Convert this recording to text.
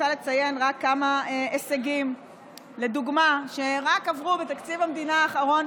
אני רוצה לציין רק כמה הישגים לדוגמה שעברו רק בתקציב המדינה האחרון,